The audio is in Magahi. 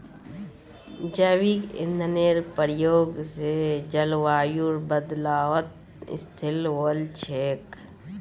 जैविक ईंधनेर प्रयोग स जलवायुर बदलावत स्थिल वोल छेक